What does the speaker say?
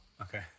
Okay